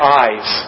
eyes